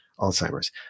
Alzheimer's